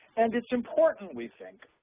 and it's important, we think,